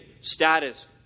status